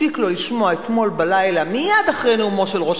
הספיק לו לשמוע אתמול בלילה מייד אחרי נאומו של ראש